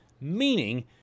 meaning